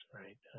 right